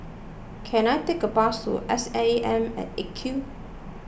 can I take a bus to S A M at eight Q